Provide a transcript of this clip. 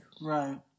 Right